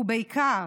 ובעיקר